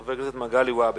חבר הכנסת מגלי והבה.